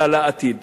אלא לעתיד.